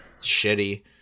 Shitty